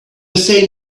say